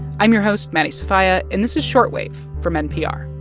i'm your host, maddie sofia, and this is short wave from npr.